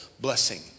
blessing